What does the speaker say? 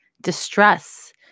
distress